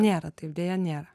nėra taip deja nėra